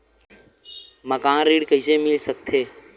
मकान ऋण कइसे मिल सकथे?